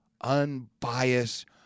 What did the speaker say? unbiased